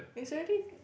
it's already